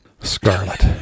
Scarlet